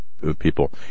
People